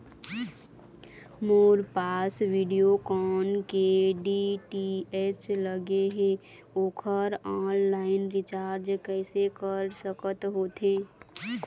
मोर पास वीडियोकॉन के डी.टी.एच लगे हे, ओकर ऑनलाइन रिचार्ज कैसे कर सकत होथे?